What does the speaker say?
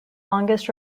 longest